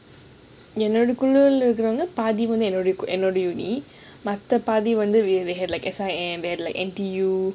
என் குழு இருந்தவங்க பாதி என்னோட:en kulu irunthawanga paathi ennoda uni another uni மத்த பத்தி வேரா:matha pathi vera they had like S_I_M and like N_T_U